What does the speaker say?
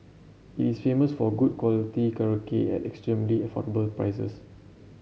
it is famous for good quality karaoke at extremely affordable prices